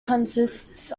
consists